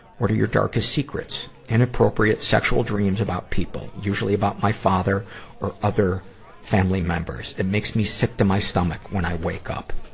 what are your darkest secrets? inappropriate, sexual dreams about people. usually about my father or other family members. it makes me sick to my stomach when i wake up.